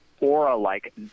aura-like